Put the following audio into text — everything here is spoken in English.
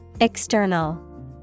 External